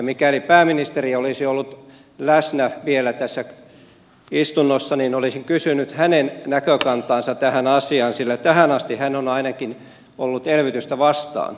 mikäli pääministeri olisi ollut läsnä vielä tässä istunnossa niin olisin kysynyt hänen näkökantaansa tähän asiaan sillä tähän asti hän on ainakin ollut elvytystä vastaan